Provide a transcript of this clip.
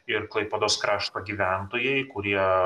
ir klaipėdos krašto gyventojai kurie